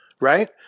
Right